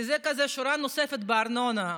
כי זו שורה נוספת בארנונה.